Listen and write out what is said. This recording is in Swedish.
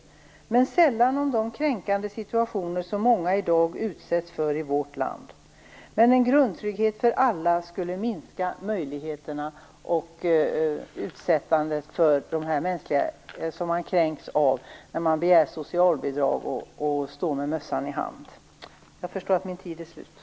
Däremot talas det sällan om de kränkande situationer som många i vårt land i dag utsätts för. En grundtrygghet för alla skulle minska den kränkning som människor utsätts när de begär socialbidrag och står där med mössan i hand.